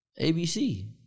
ABC